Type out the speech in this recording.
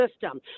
system